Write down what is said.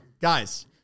Guys